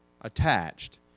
attached